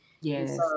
Yes